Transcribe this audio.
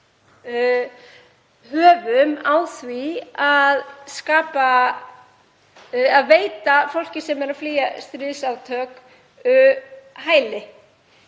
höfum í því að veita fólki sem er að flýja stríðsátök hæli.